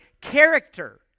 character